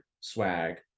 swag